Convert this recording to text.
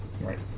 Right